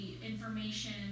information